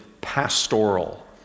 pastoral